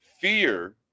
Fear